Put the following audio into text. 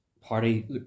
Party